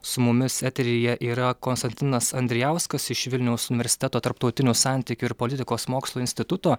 su mumis eteryje yra konstantinas andrijauskas iš vilniaus universiteto tarptautinių santykių ir politikos mokslų instituto